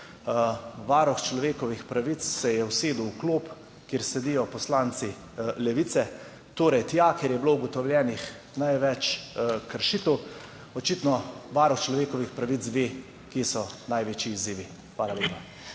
Varuh človekovih pravic se je usedel v klop, kjer sedijo poslanci Levice, torej tja, kjer je bilo ugotovljenih največ kršitev. Očitno varuh človekovih pravic ve, kje so največji izzivi. Hvala lepa.